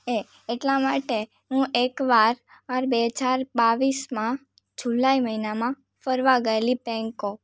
એ એટલા માટે હું એકવાર બાર બે હજાર બાવીસમાં જુલાઇ મહિનામાં ફરવા ગયેલી બેંકોક